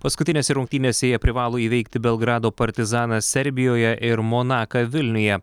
paskutinėse rungtynėse jie privalo įveikti belgrado partizaną serbijoje ir monaką vilniuje